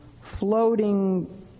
Floating